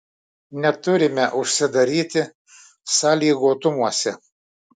neturime užsidaryti sąlygotumuose